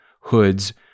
hoods